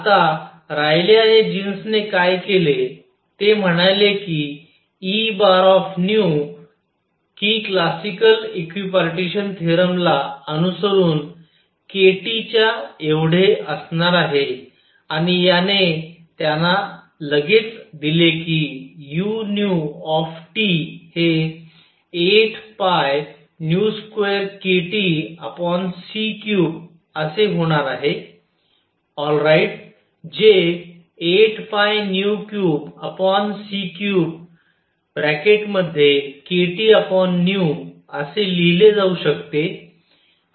आता रायले आणि जीन्सने काय केले ते म्हणाले कि E की क्लासिकल एक्विपार्टीशन थेरोम ला अनुसरून kT च्या एवढे असणार आहे आणि याने त्यांना लगेच दिले की u हे 8π2kTc3असे होणार आहे ऑलराइट जे8π3c3असे लिहिले जाऊ शकते